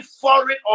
foreign